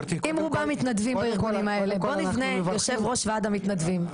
אם רובם מתנדבים בארגונים האלה בוא נבנה יושב ראש ועדת המתנדבים.